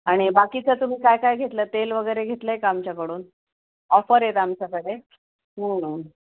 आणि बाकीचं तुम्ही काय काय घेतलं तेल वगैरे घेतलं आहे का आमच्याकडून ऑफर आहेत आमच्याकडे